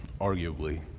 arguably